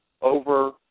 over